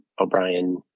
O'Brien